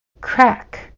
crack